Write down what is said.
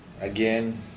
Again